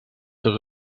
seus